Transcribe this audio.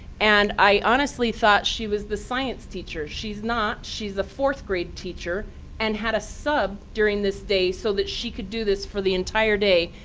and i honestly thought she was the science teacher. she's not. she's a fourth grade teacher and had a sub during this day so that she could do this for the entire day.